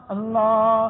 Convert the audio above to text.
Allah